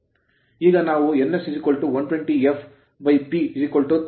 ಈಗ ನಾವು ns120 fP 1000 rpm ಮತ್ತು s ಈ ಸೂತ್ರ ಲೆಕ್ಕಹಾಕುತ್ತದೆ ನಾವು s 0